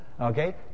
okay